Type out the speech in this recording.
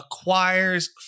acquires